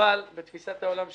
אבל בתפיסת העולם שלי,